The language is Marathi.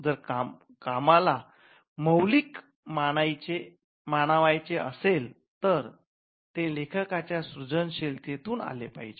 जर कामाला मौलिक मानावयाचे असेल तर ते लेखकाच्या सृजनशीलते तुन आले पाहिजे